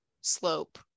slope